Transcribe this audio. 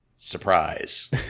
surprise